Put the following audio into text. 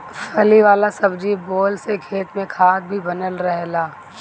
फली वाला सब्जी बोअला से खेत में खाद भी बनल रहेला